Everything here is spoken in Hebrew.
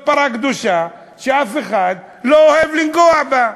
אבל זאת פרה קדושה שאף אחד לא אוהב לנגוע בה.